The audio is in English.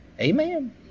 amen